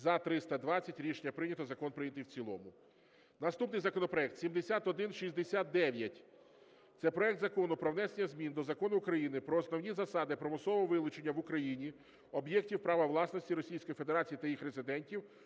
За-320 Рішення прийнято. Закон прийнятий в цілому. Наступний законопроект 7169. Це проект Закону про внесення змін до Закону України "Про основні засади примусового вилучення в Україні об'єктів права власності Російської Федерації